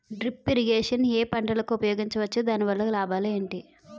Drip irrigation ఏ పంటలకు ఉపయోగించవచ్చు? దాని వల్ల లాభాలు ఏంటి?